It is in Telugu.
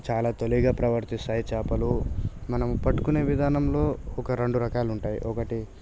చాలా తెలివిగా ప్రవర్తిస్తాయి చాపలు మనం పట్టుకునే విధానంలో ఒక రెండు రకాలు ఉంటాయి ఒకటి